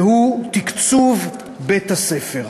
והוא תקצוב בית-הספר.